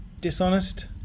dishonest